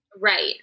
Right